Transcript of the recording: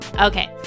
Okay